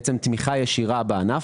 בעצם תמיכה ישירה בענף,